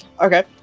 Okay